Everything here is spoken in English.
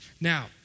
Now